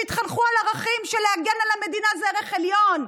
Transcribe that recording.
שהתחנכו על ערכים שלהגן על המדינה זה ערך עליון,